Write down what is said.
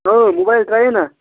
mobile ترٛایو نا